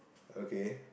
okay